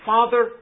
Father